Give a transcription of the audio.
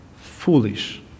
foolish